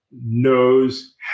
knows